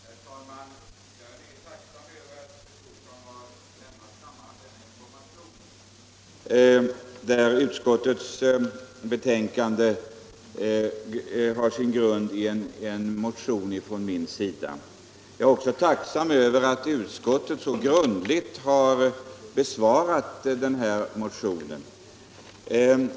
Herr talman! Jag är mycket tacksam över att fru Thorsson har lämnat kammaren denna information. Utskottets betänkande har sin grund i en motion från min sida, och jag är också tacksam över att utskottet så grundligt har besvarat den motionen.